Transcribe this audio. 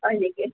হয় নেকি